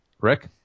Rick